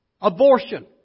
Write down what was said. Abortion